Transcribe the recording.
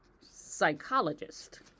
psychologist